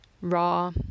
raw